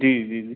जी जी जी